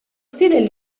stile